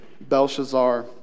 Belshazzar